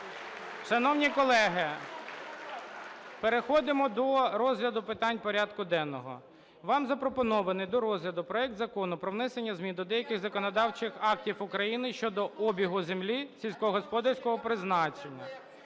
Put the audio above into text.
Шановні колеги, переходимо до розгляду питань порядку денного. Вам запропонований до розгляду проект Закону про внесення змін до деяких законодавчих актів України щодо обігу земель сільськогосподарського призначення